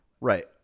Right